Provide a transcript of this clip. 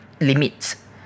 limits